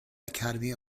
academy